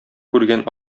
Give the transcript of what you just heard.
күргән